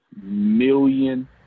million